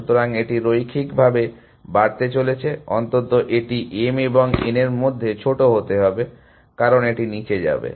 সুতরাং এটি রৈখিকভাবে বাড়তে চলেছে অন্তত এটি m এবং n এর মধ্যে ছোট হতে হবে কারণ এটি নিচে যাবে